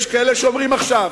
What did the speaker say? יש כאלה שאומרים: עכשיו.